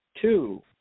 two